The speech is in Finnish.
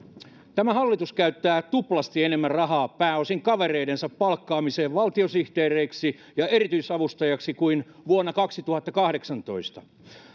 tämä hallitus käyttää tuplasti enemmän rahaa pääosin kavereidensa palkkaamiseen valtiosihteereiksi ja erityisavustajiksi kuin vuonna kaksituhattakahdeksantoista